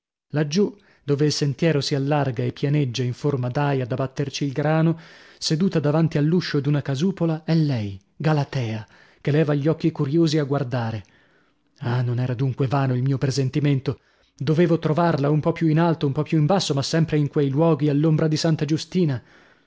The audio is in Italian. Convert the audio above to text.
laggiù dove il sentiero si allarga e pianeggia in forma d'aia da batterci il grano seduta davanti all'uscio d'una casupola è lei galatea che leva gli occhi curiosi a guardare ah non era dunque vano il mio presentimento dovevo trovarla un po più in alto un po più in basso ma sempre in quei luoghi all'ombra di santa giustina